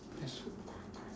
there's hope